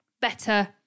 better